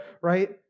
right